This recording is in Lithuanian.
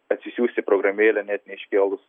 atsisiųsti programėlę net neiškėlus